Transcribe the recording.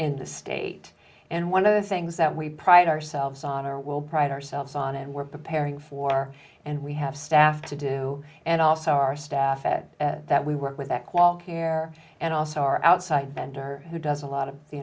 in the state and one of the things that we pride ourselves on our will pride ourselves on and we're preparing for and we have staff to do and also our staff it that we work with that qual care and also our outside vendor who does a lot of the